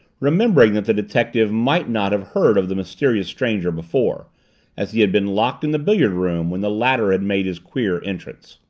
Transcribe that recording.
remembering that the detective might not have heard of the mysterious stranger before as he had been locked in the billiard room when the latter had made his queer entrance.